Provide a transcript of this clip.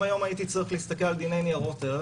אם היום הייתי צריך להסתכל על דיני ניירות ערך